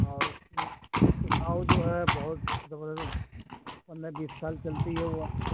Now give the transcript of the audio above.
اور اس کی اور جو ہے بہت زبردست پندرہ بیس سال چلتی ہے وہ